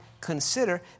consider